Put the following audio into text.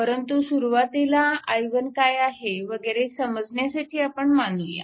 परंतु सुरवातीला i1 काय आहे वगैरे समजण्यासाठी मानूया